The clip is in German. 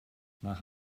nach